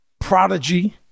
Prodigy